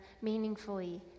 meaningfully